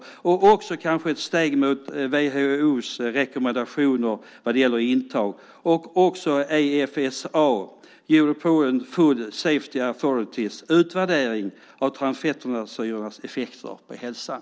Den kanske också kan vara ett steg mot WHO:s rekommendationer vad gäller intag samt det Efsa, European Food Safety Authority, för fram i sin utvärdering av transfettsyrornas effekter på hälsan.